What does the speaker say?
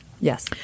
Yes